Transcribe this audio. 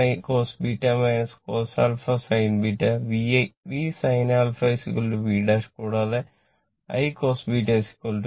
sin α cos β cos α sin β V sin α v 'കൂടാതെ I cos β i